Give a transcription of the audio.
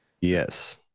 Yes